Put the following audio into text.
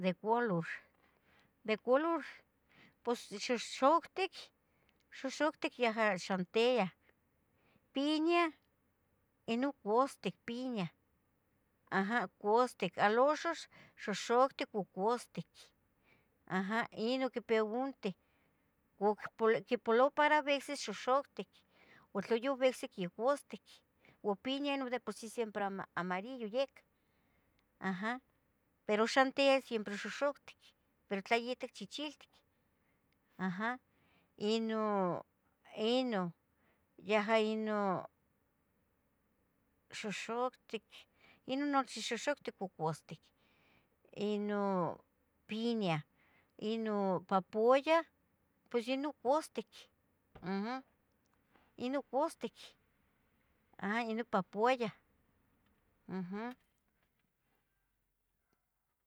De colur, de colur, pos xoxoctic, xoxocti yaha xantiah, piña ino custic piña custic, aloxox xoxoctic u custic, aha ino quipia unteh, quipoloba para bicsis xoxoctic ua tla yobicsic ya custic, ua piña no de por si siempre ama, amarillo yec, aha, pero xantia siempre xoxoctic pero tlayihtic chichiltic, aha, ino, ino, yaha ino xoxoctic, ino nochi xoxoctic u custic, ino piña, ino papuayah, pues yeh non custic, uhm, ino custic, aha ino papuayah, uhm.